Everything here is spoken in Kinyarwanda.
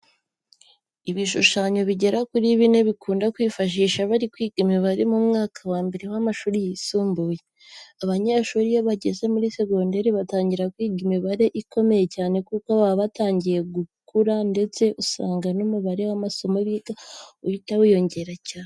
Ibishushanyo bigera kuri bine bikunda kwifashishwa bari kwiga imibare mu mwaka wa mbere w'amashuri yisumbuye. Abanyeshuri iyo bageze muri segonderi batangira kwiga imibare ikomeye cyane kuko baba batangiye gukura ndetse usanga n'umubare w'amasomo biga uhita wiyongera cyane.